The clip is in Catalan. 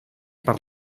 per